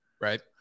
Right